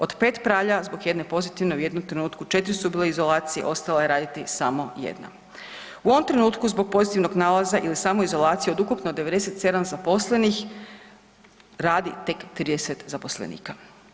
Od 5 pralja, zbog jedne pozitivne, u jednom trenutku, 4 su bile u izolaciji, ostala je raditi samo 1. U ovom trenutku zbog pozitivnog nalaza ili samoizolacije, od ukupno 97 zaposlenih radi tek 30 zaposlenika.